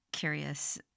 Curious